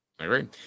agree